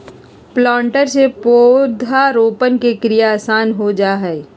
planter से पौधरोपण के क्रिया आसान हो जा हई